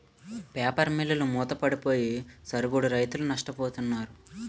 paper మిల్లులు మూతపడిపోయి సరుగుడు రైతులు నష్టపోతున్నారు